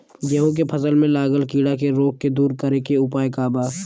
गेहूँ के फसल में लागल कीड़ा के रोग के दूर करे के उपाय का बा?